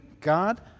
God